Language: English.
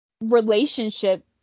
relationship